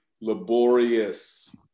laborious